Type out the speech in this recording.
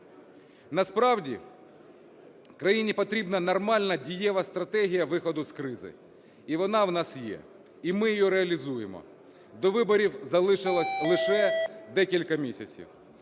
Насправді країні потрібна нормальна, дієва стратегія виходу з кризи, і вона в нас є, і ми її реалізуємо. До виборів залишилось лише декілька місяців.